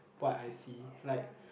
what I see like